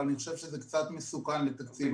אבל אני חושב שזה קצת מסוכן לתקציב המדינה.